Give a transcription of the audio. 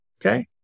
Okay